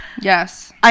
Yes